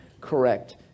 correct